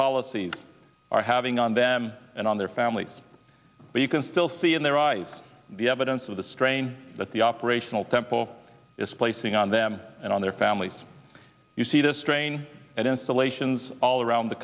policies are having on them and on their families but you can still see in their eyes the evidence of the strain that the operational tempo is placing on them and on their families you see the strain at installations all around the